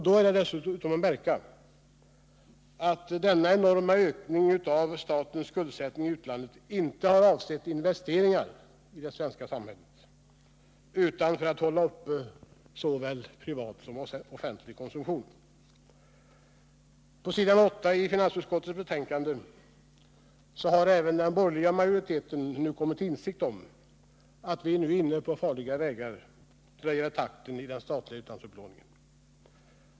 Då är dessutom att märka att denna enorma ökning av statens skuldsättning i utlandet inte har avsett investeringar i det svenska samhället utan den har uppkommit för Nr U:6 att hålla uppe såväl privat som offentlig konsumtion. Pås. 18i finansutskottets betänkande finns en skrivning som visar att även den borgerliga majoriteten kommit till insikt om att vi nu är inne på farliga vägar då det gäller takten i den statliga utlandsupplåningen.